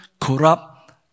corrupt